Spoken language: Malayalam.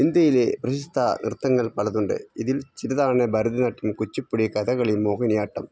ഇന്ത്യയിലെ പ്രശസ്ത നൃത്തങ്ങൾ പലതുണ്ട് ഇതിൽ ചിലതാണ് ഭരതനാട്യം കുച്ചിപ്പുടി കഥകളി മോഹിനിയാട്ടം